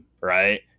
right